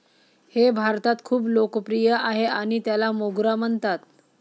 हे भारतात खूप लोकप्रिय आहे आणि त्याला मोगरा म्हणतात